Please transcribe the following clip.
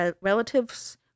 relatives